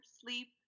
sleep